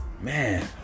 Man